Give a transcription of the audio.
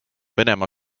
venemaa